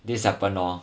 this happened lor